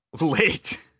Late